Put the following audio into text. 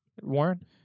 Warren